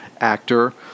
actor